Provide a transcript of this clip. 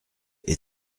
est